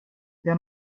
der